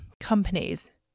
companies